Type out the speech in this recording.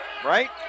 right